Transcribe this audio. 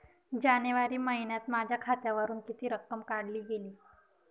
जानेवारी महिन्यात माझ्या खात्यावरुन किती रक्कम काढली गेली?